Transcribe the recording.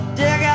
dig